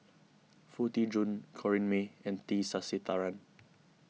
Foo Tee Jun Corrinne May and T Sasitharan